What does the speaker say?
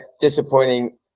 disappointing